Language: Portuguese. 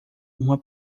uma